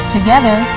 Together